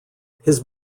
his